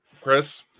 Chris